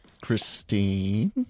Christine